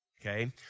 okay